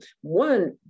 one